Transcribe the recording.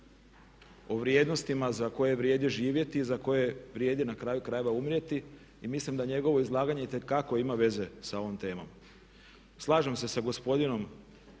o vrijednostima za koje vrijedi živjeti i za koje vrijedi na kraju krajeva umrijeti. I mislim da njegovo izlaganje itekako ima veze sa ovom temom. Slažem se sa gospodinom